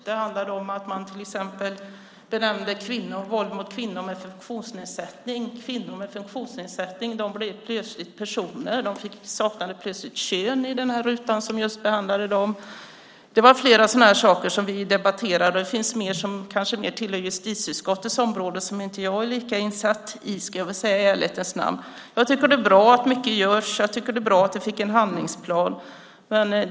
De handlade om att man benämnde våld mot kvinnor med funktionsnedsättning som personer; de saknade plötsligt kön i rutan som behandlade dem. Vi debatterade flera sådana här saker. Det finns annat som kanske tillhör justitieutskottets område och som jag i ärlighetens namn inte är lika insatt i. Jag tycker att det är bra att mycket görs och att vi fick en handlingsplan.